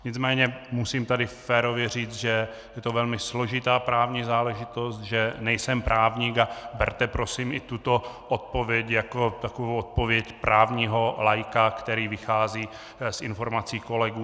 Nicméně musím tady férově říct, že je to velmi složitá právní záležitost, že nejsem právník, a berte prosím i tuto odpověď jako odpověď právního laika, který vychází z informací kolegů.